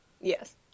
Yes